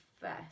first